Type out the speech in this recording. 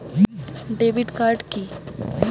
Debit card কি?